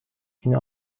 این